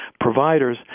providers